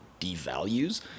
devalues